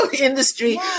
industry